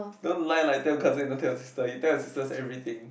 don't lie like that cause you don't even care your sister you tell your sister everything